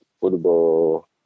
football